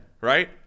Right